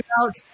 out